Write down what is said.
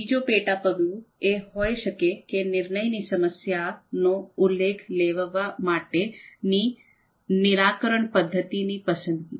બીજો પેટા પગલું એ હોઈ શકે છે કે નિર્ણય ની સમસ્યાનો ઉકેલ લાવવા માટેની નિરાકરણ પદ્ધતિ ની પસંદગી